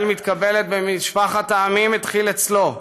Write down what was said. התקבלותה של ישראל במשפחת העמים החלה אצלו.